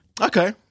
Okay